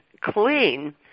clean